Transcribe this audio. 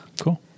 Cool